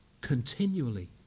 continually